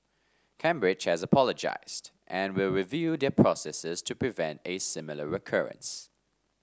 Cambridge has apologised and will review their processes to prevent a similar recurrence